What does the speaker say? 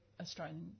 Australian